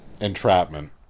entrapment